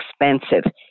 expensive